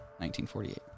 1948